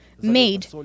made